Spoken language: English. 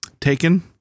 Taken